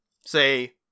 say